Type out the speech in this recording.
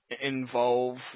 involve